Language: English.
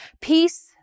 Peace